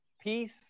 peace